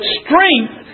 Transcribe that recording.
strength